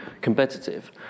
competitive